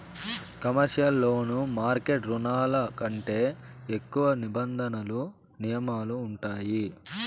commercial లోన్లు market రుణాల కంటే ఎక్కువ నిబంధనలు నియమాలు ఉంటాయి